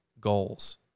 goals